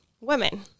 women